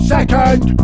Second